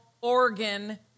organ